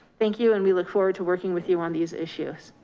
thank you and we look forward to working with you on these issues.